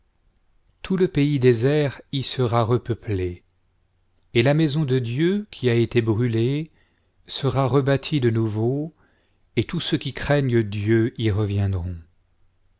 tout le pays désert y sera repeuplé et la maison de dieu qui a été brûlée sera rebâtie de nouveau et tous ceux qui craignent dieu y reviendront